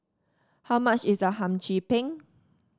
how much is Hum Chim Peng